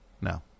No